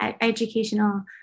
educational